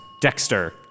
Dexter